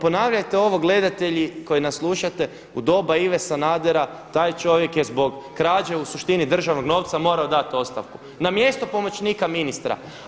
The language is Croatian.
Ponavljajte ovo gledajte koji nas slušate, u doba Ive Sanadera taj čovjek je zbog krađe u suštini državnog novca morao dati ostavku na mjesto pomoćnika ministra.